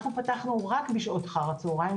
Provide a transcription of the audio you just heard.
אנחנו פתחנו רק בשעות אחר הצהריים.